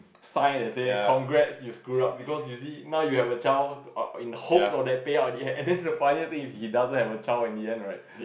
sign and said congrats you screw up because you see now you have a child in hope of that payout and then the funniest thing is he doesn't have a child in the end right